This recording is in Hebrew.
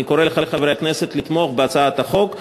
אני קורא לחברי הכנסת לתמוך בהצעת החוק,